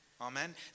Amen